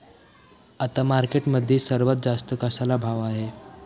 आता मार्केटमध्ये सर्वात जास्त कशाला भाव आहे?